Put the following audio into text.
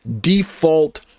default